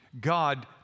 God